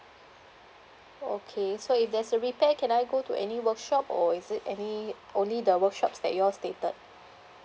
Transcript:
okay so if there's a repair can I go to any workshop or is it any only the workshops that you all stated